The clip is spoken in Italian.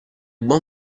buon